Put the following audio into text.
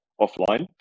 offline